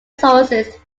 sources